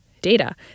data